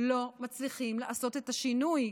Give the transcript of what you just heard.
לא מצליחים לעשות את השינוי.